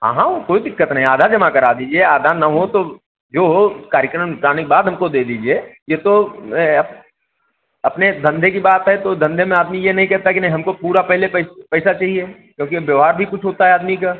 हाँ हाँ कोई दिक़्क़त नहिं आधा जमा करा दीजिए आधा ना हो तो जो हो कार्यक्रम कराने के बाद हमको दे दीजिए यह तो अपने धंधे की बात है तो धंधे में आदमी यह नहिं कहता कि नहिं हमको पूरा पहले पैसा चाहिए क्योंकि अब व्यवहार भी कुछ होता है आदमी का